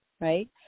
right